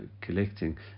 collecting